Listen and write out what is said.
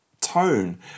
tone